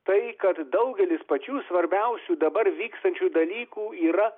tai kad daugelis pačių svarbiausių dabar vykstančių dalykų yra